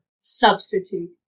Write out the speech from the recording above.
substitute